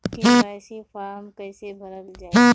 KYC form कइसे भरल जाइ?